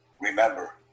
Remember